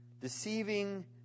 Deceiving